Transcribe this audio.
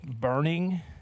burning